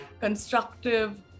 constructive